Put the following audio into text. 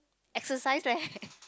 exercise leh